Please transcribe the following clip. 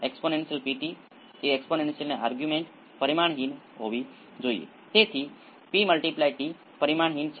તેથી તે ઝડપથી 0 પર જાય છે ω l બાય c પર મૂલ્ય શું છે તે વ્યાખ્યાયિત કરવા માટે અમુક અચળ હોવા જોઈએ માટે તે સર્કિટનો ક્વાલિટી ફેક્ટર q છે